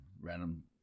random